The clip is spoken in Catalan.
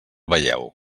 veieu